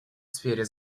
сфере